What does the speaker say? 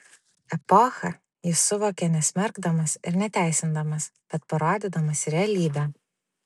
epochą jis suvokia nesmerkdamas ir neteisindamas bet parodydamas realybę